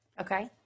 Okay